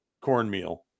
cornmeal